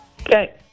Okay